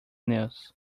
news